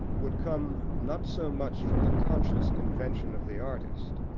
would come, not so much from the conscious invention of the artist,